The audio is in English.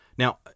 Now